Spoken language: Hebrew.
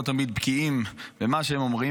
לא תמיד בקיאים במה שהם אומרים,